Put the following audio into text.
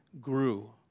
grew